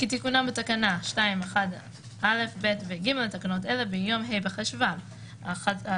כתיקונן בתקנה 2.1 א' ב' ו-ג' לתקנות אלה ביום ה' בחשוון 11/10/2021,